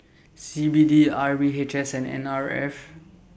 C B D R V H S and N R F